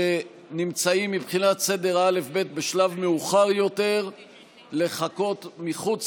שנמצאים מבחינת סדר האל"ף-בי"ת בשלב מאוחר יותר לחכות מחוץ